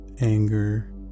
anger